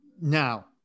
now